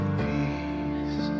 peace